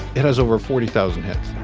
it has over forty thousand hits.